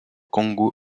congo